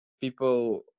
people